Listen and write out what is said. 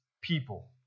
people